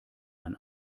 man